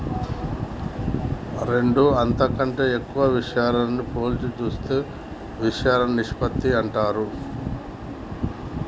రెండు అంతకంటే ఎక్కువ విషయాలను పోల్చి చూపే ఇషయాలను నిష్పత్తి అంటారు